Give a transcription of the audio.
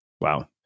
Wow